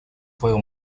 fuego